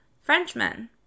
Frenchmen